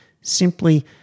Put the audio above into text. Simply